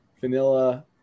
vanilla